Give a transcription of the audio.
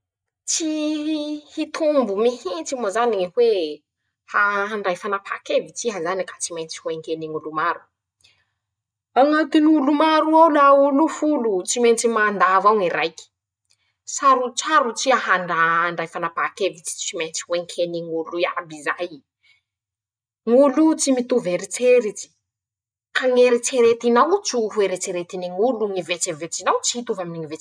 Tsy hiii hitombo mihintsy moa zany ñy hoe: -Aa handray fanapahankevitsy iha zany ka tsy maintsy ho ekeny ñ'olo maro:añatiny olo maroo ao la olo o folo tsy maintsy mandà avao ñy raiky. -Sarotsarots'iha handa handray fanapahan-kevitsy tsy maintsy ho ekeny ñ'olo iaby zay; ñ'olo tsy mitovy eritseritsy, ka ñ'eretseretinao tso eretseretiny ñ'olo; ñy vetsevetsenao tsy hitovy aminy ñy vetsevetsen'olo.